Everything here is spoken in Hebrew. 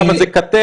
כמה זה קטן?